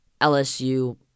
LSU